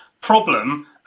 problem